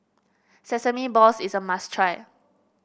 Sesame Balls is a must try